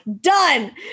done